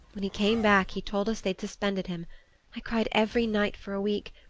when he came back he told us they'd suspended him i cried every night for a week,